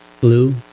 blue